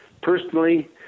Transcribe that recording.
personally